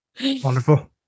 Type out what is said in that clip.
wonderful